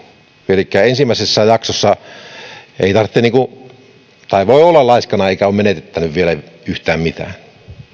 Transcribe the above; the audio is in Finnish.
elikkä ensimmäisessä jaksossa voi olla laiskana eikä ole menettänyt vielä yhtään mitään